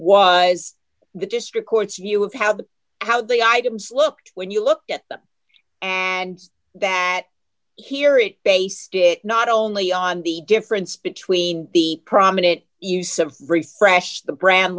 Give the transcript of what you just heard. was the district court's view of how the how the items looked when you looked at that and that here it based it not only on the difference between the prominent use of refreshed the brand